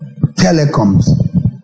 telecoms